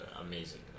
amazing